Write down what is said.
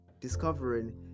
discovering